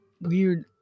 weird